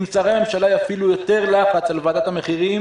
אם שרי הממשלה יפעילו יותר לחץ על ועדת המחירים